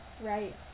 right